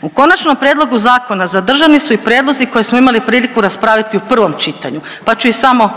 U konačnom prijedlogu zakona zadržani su i prijedlozi koje smo imali priliku raspraviti u prvom čitanju pa ću ih samo